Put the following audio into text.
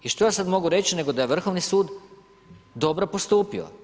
I što ja sad mogu reći, nego da je Vrhovni sud dobro postupio.